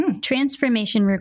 Transformation